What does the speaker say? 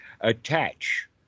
attach